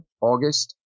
August